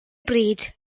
bryd